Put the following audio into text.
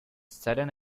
sudden